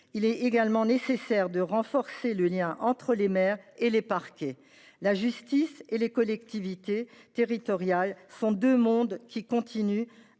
Il est également nécessaire de renforcer le lien entre les maires et les parquets. La justice et les collectivités territoriales sont deux mondes qui continuent